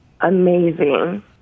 amazing